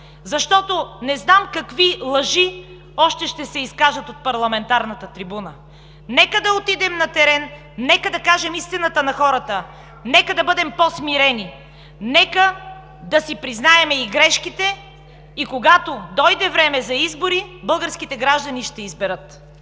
защото не знам какви лъжи още ще се изкажат от парламентарната трибуна. Нека да отидем на терен, нека да кажем истината на хората, нека да бъдем по-смирени, нека да си признаем и грешките, когато дойде време за избори, българските граждани ще изберат!